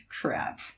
crap